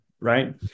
Right